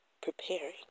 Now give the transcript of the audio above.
Preparing